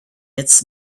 its